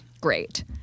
great